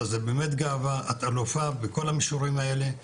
זו באמת גאווה, את אלופה בכל המישורים האלה.